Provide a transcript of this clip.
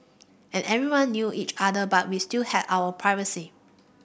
and everyone knew each other but we still had our privacy